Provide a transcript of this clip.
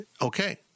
Okay